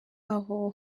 aho